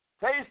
Taste